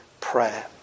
prayer